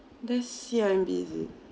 that's C_I_M_B is it